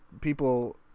people